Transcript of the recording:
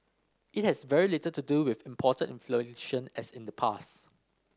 it has very little to do with imported inflation as in the past